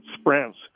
sprints